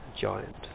giant